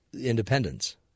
independence